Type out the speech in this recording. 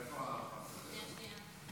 עודד, אתה חבר ועדת חוקה?